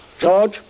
George